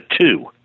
two